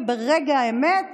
וברגע האמת